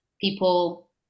people